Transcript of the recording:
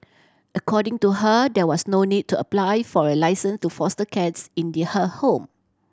according to her there was no need to apply for a licence to foster cats in they her home